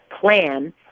plan